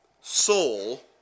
soul